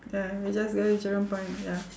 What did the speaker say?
ya we just go to jurong point ya